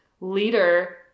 leader